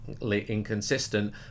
inconsistent